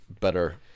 Better